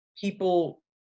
people